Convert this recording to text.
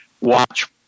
watch